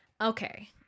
Okay